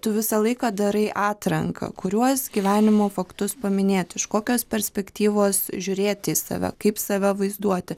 tu visą laiką darai atranką kuriuos gyvenimo faktus paminėti iš kokios perspektyvos žiūrėti į save kaip save vaizduoti